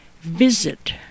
visit